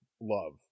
love